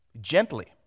Gently